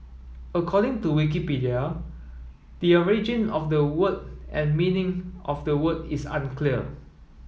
according to Wikipedia the origin of the word and meaning of the word is unclear